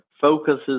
focuses